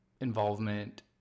involvement